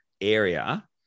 area